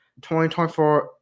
2024